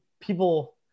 people